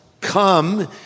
come